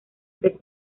tres